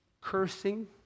Cursing